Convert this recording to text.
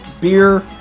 beer